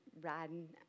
riding